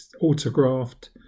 autographed